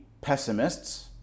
pessimists